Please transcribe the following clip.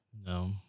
No